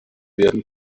werden